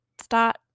start